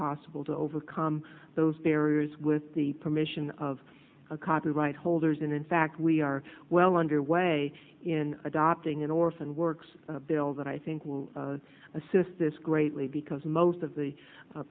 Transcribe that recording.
disposable to overcome those barriers with the permission of copyright holders and in fact we are well underway in adopting an orphan works bill that i think will assist this greatly because most of the